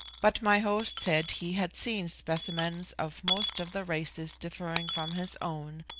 but my host said he had seen specimens of most of the races differing from his own,